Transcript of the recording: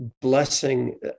blessing